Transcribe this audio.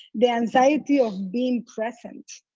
the anxiety of being present.